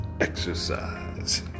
exercise